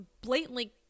blatantly